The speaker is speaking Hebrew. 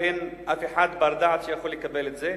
ואין אף אחד בר-דעת שיכול לקבל את זה.